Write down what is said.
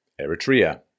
Eritrea